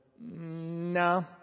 no